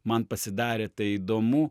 man pasidarė tai įdomu